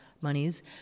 monies